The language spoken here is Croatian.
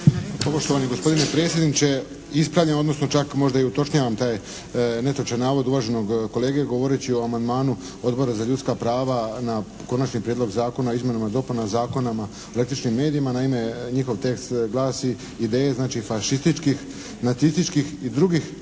Poštovani gospodine predsjedniče, ispravljam, odnosno čak utočnjavam taj netočan navod uvaženog kolege govoreći o amandmanu Odbora za ljudska prava na Konačni prijedlog Zakona o izmjenama i dopunama Zakona o električnim medijima. Naime, njihov tekst glasi ideje znači fašističkih, nacističkih i drugih